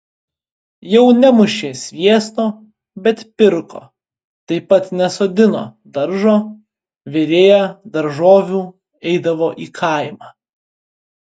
jau nemušė sviesto bet pirko taip pat nesodino daržo virėja daržovių eidavo į kaimą